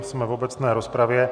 Jsme v obecné rozpravě.